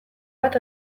bat